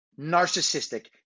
narcissistic